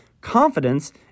Confidence